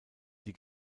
die